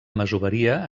masoveria